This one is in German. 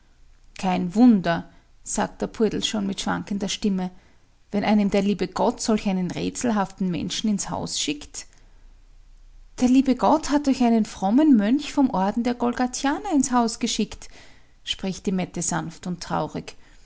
kein wunder sagt der poldl schon mit schwankender stimme wenn einem der liebe gott solch einen rätselhaften menschen ins haus schickt der liebe gott hat euch einen frommen mönch vom orden der golgathianer ins haus geschickt spricht die mette sanft und traurig